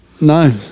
No